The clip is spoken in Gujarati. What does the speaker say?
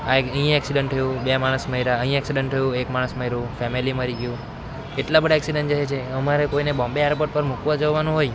આજ એક અહીં એક્સિડેંટ થયું બે માણસ મર્યા અહીં એક્સિડેંટ થયું એક માણસ મર્યુ ગયું ફૅમિલી મરી ગયું એટલા બધા એક્સિડેંટ થાય છે અમારે કોઈને બોમ્બે એરપોર્ટ પર મૂકવા જવાનું હોય